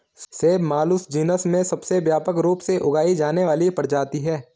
सेब Malus genus में सबसे व्यापक रूप से उगाई जाने वाली प्रजाति है